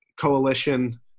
coalition